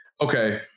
okay